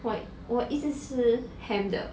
wait what isn't it ham 的